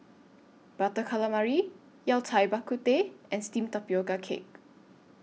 Butter Calamari Yao Cai Bak Kut Teh and Steamed Tapioca Cake